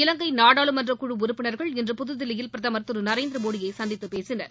இலங்கை நாடாளுமன்ற குழு உறுப்பினர்கள் இன்று புதுதில்லியில் பிரதமர் திரு நரேந்திரமோடியை சந்தித்து பேசினர்